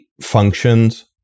functions